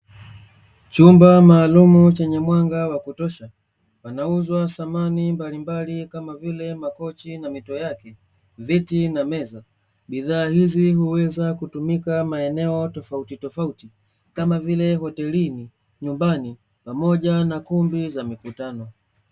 Chumba maalumu chenye mwanga wa kutosha zinauzwa thamani mablimbali kama vile; makochi na mito yake, viti na meza. bidhaa hizi huweza kutumika maeneo tofauti tofauti kama vile; hotelini, nyumbani pamoja na kumbi za mikutano.